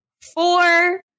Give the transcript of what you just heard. four